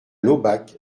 laubach